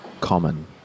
common